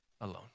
alone